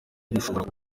gushobora